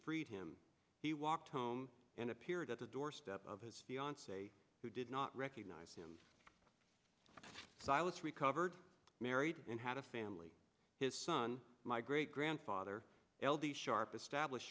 freed him he walked home and appeared at the doorstep of his fiance who did not recognize him silas recovered married and had a family his son my great grandfather l d sharp established